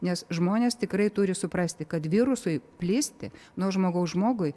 nes žmonės tikrai turi suprasti kad virusui plisti nuo žmogaus žmogui